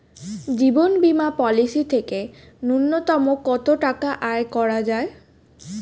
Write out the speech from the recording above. জীবন বীমা পলিসি থেকে ন্যূনতম কত টাকা আয় করা যায়?